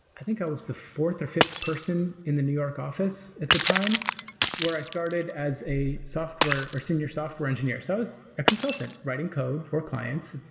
i think i was the fourth or fifth person in the new york office at the time where i started as a software or senior software engineer. so i was a consultant writing code for clients.